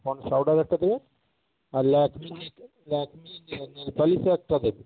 ponds powder একটা দেবেন আর ল্যাকমে নে ল্যাকমে নে নেলপালিশও একটা দেবেন